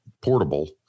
Portable